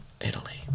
Italy